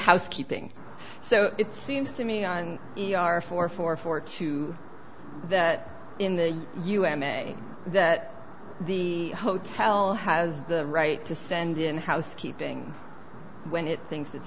housekeeping so it seems to me on e r four four four two that in the us may that the hotel has the right to send in housekeeping when it thinks it's